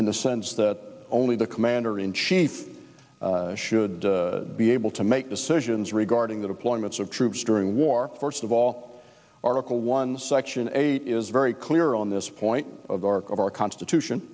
in the sense that only the commander in chief should be able to make decisions regarding the deployments of troops during war first of all article one section eight it is very clear on this point of ark of our constitution